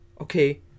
Okay